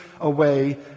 away